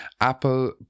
Apple